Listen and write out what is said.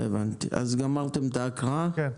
כן.